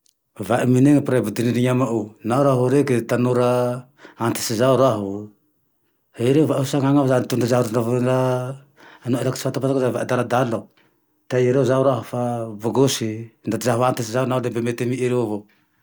Vaha amine mpiray vody rindry amao, nao aho reke tanora antitsy zao raho aho, ereo va ho sanana mitondra zaho handavona manao rehake tsy fantampantako adaladala ao, hita ereo zao raha fa bôgôsy, ndaty zaho antitsy le mety amereo avao